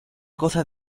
goza